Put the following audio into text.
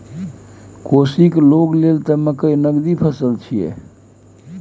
कोशीक लोग लेल त मकई नगदी फसल छियै